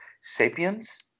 Sapiens